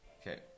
Okay